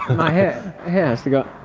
my hair has to go.